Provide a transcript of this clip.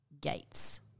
gates